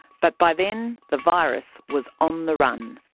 but by then the virus was on the run.